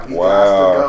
wow